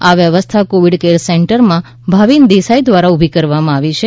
આ વ્યવસ્થા covid care સેન્ટરમાં ભાવીન દેસાઇ દ્વારા ઊભી કરવામાં આવી છે